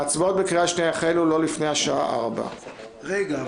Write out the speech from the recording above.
ההצבעות בקריאה השנייה יחלו לא לפני השעה 16:00. רגע.